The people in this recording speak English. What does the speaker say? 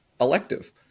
elective